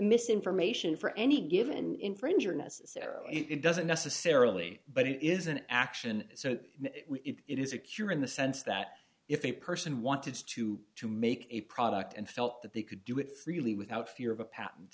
misinformation for any given infringer necessarily it doesn't necessarily but it is an action so it is a cure in the sense that if a person wanted to to make a product and felt they could do it freely without fear of a pat